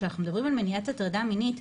כשאנחנו מדברים על מניעת הטרדה מינית,